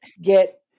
get